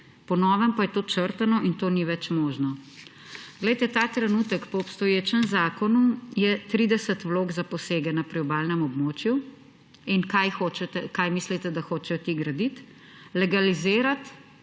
Po novem pa je to črtano in to ni več mogoče. Glejte, ta trenutek je po obstoječem zakonu 30 vlog za posege na priobalnem območju. In kaj mislite, da hočejo ti graditi? Legalizirati,